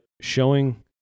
showing